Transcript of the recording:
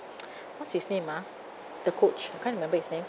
what's his name ah the coach I can't remember his name